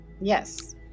Yes